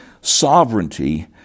sovereignty